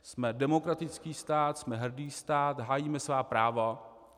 Jsme demokratický stát, jsme hrdý stát, hájíme svá práva...